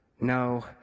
No